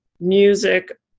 music